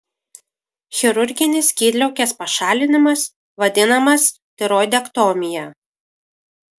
chirurginis skydliaukės pašalinimas vadinamas tiroidektomija